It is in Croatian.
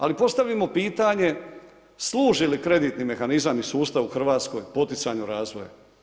Ali postavimo pitanje služi li kreditni mehanizam i sustav u Hrvatskoj poticanju razvoja?